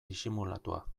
disimulatua